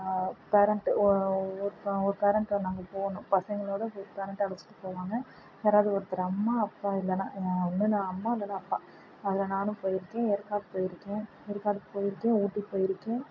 parent ஓ இப்போ ஒரு பேரெண்ட்டு நாங்கள் போனோம் பசங்களோடு போய் பேரெண்ட்டை அழைச்சிட்டு போவாங்க யாராவது ஒருத்தர் அம்மா அப்பா இல்லைன்னா ஒன்று நான் அம்மா இல்லைன்னா அப்பா அதில் நானும் போயிருக்கேன் ஏற்காடு போயிருக்கேன் ஏற்காடு போயிருக்கேன் ஊட்டி போயிருக்கேன்